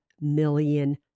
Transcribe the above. million